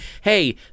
hey